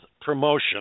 promotion